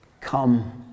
come